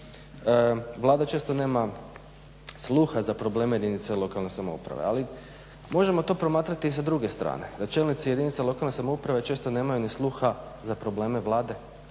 Vlada često nema sluha za probleme jedinica lokalne samouprave, ali možemo to promatrati sa druge strane, da čelnici jedinica lokalne samouprave često nemaju ni sluha za probleme Vlade,